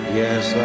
yes